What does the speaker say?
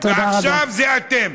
ועכשיו זה אתם.